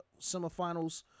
semifinals